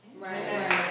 right